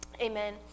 Amen